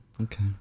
Okay